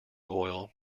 oil